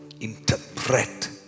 interpret